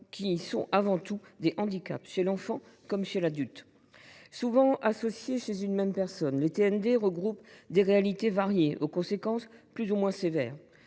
qui sont avant tout des handicaps, chez l’enfant comme chez l’adulte. Souvent associés chez une même personne, les TND prennent des formes variées et ont des conséquences plus ou moins sévères